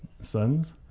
sons